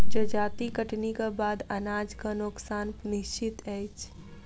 जजाति कटनीक बाद अनाजक नोकसान निश्चित अछि